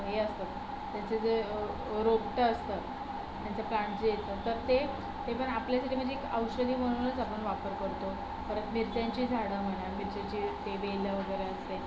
हे असतात त्याचं जे रोपटं असतात त्याचं कांड जे येतं तर ते आपल्याच ह्याचं म्हणजे औषधी म्हणूनच आपण वापर करतो परत मिरच्यांची झाडं म्हणा मिरच्याची हे वेल वगैरे असते